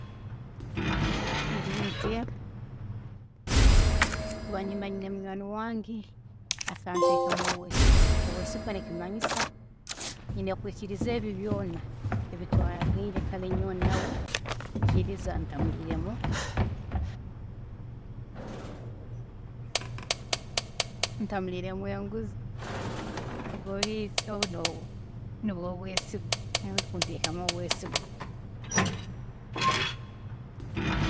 ﻿Eri nti kakuba nimba nyine munywaani wange akanteekamu obwesigwa, obwesigwa nikimanyisa nyine kwiikiriza ebi byoona ebi twaragiine kare nyowe nawe kwiikiriza ntamuriiremu ntamuriiremu enguzi obu nibwe nibwe obwesigwa, omuntu kunteekamu obwesigwa.